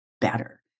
better